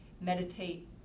meditate